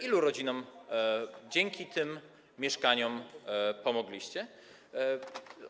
Ilu rodzinom dzięki tym mieszkaniom pomogliście?